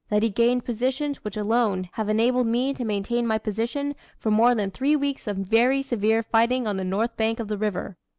that he gained positions which alone have enabled me to maintain my position for more than three weeks of very severe fighting on the north bank of the river.